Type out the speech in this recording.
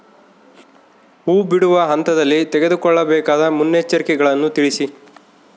ಹೂ ಬಿಡುವ ಹಂತದಲ್ಲಿ ತೆಗೆದುಕೊಳ್ಳಬೇಕಾದ ಮುನ್ನೆಚ್ಚರಿಕೆಗಳನ್ನು ತಿಳಿಸಿ?